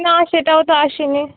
না সেটাও তো আসেনি